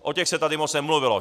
O těch se tady moc nemluvilo.